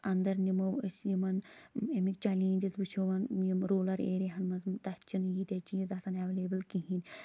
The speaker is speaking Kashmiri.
اَنٛدَر نِمَو أسۍ یِمَن أمیکۍ چَلیجٕس وٕچھَوَس یِم روٗلَر ایٚرِیاہَن منٛز تَتھ چھِنہٕ ییٖتیاہ چیٖز آسان ایٚویلیبُل کِہیٖنۍ